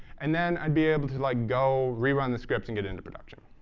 and then i'd be able to like go rerun the scripts and get into production.